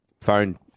phone